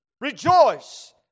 Rejoice